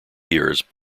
years